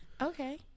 Okay